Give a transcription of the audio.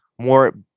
more